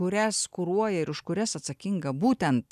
kurias kuruoja ir už kurias atsakinga būtent